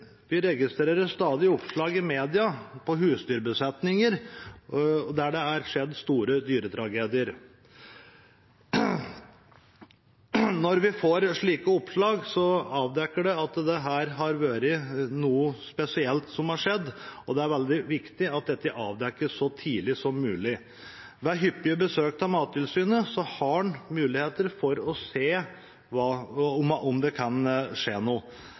Vi registrerer stadig oppslag i media om husdyrbesetninger der det har skjedd store dyretragedier. Slike oppslag avdekker at det har skjedd noe spesielt, og det er veldig viktig at dette avdekkes så tidlig som mulig. Ved hyppige besøk av Mattilsynet har en mulighet for å se om det kan skje noe.